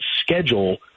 schedule